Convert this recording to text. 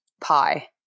pi